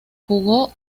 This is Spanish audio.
jugó